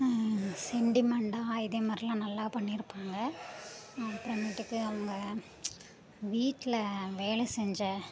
செண்டிமெண்டாக இதேமாரிலாம் நல்லா பண்ணியிருப்பாங்க அப்புறமேட்டுக்கு அவங்க வீட்டில் வேலை செஞ்ச